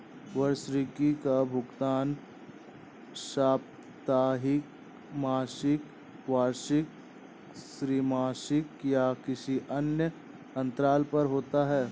वार्षिकी का भुगतान साप्ताहिक, मासिक, वार्षिक, त्रिमासिक या किसी अन्य अंतराल पर होता है